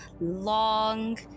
long